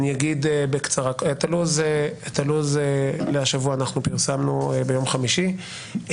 הלו"ז לשבוע פרסמנו ביום חמישי.